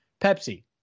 Pepsi